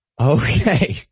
Okay